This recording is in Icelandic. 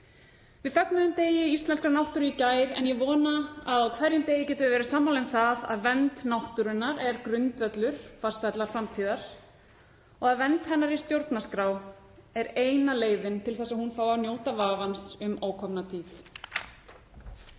Við fögnuðum degi íslenskrar náttúru í gær en ég vona að á hverjum degi getum við verið sammála um það að vernd náttúrunnar er grundvöllur farsællar framtíðar og að vernd hennar í stjórnarskrá er eina leiðin til þess að hún fái að njóta vafans um ókomna tíð.